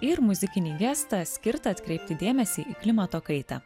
ir muzikinį gestą skirtą atkreipti dėmesį į klimato kaitą